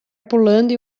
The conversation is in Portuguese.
pulando